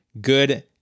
good